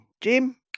Jim